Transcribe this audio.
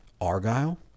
Argyle